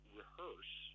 rehearse